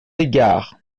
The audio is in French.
égard